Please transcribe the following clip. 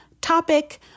topic